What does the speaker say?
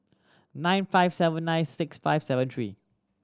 nine five seven nine six five seven three